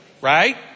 right